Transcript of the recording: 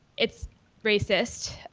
it's racist,